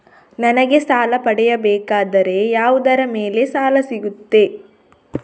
ನನಗೆ ಸಾಲ ಪಡೆಯಬೇಕಾದರೆ ಯಾವುದರ ಮೇಲೆ ಸಾಲ ಸಿಗುತ್ತೆ?